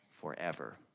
forever